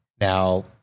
Now